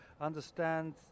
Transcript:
understand